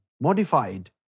modified